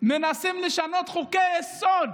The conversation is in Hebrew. מנסים לשנות חוקי-יסוד